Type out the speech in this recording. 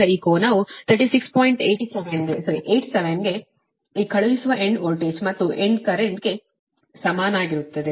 87 ಕ್ಕೆ ಈ ಕಳುಹಿಸುವ ಎಂಡ್ ವೋಲ್ಟೇಜ್ ಮತ್ತು ಎಂಡ್ ಕರೆಂಟ್ಗೆ ಸಮನಾಗಿರುತ್ತದೆ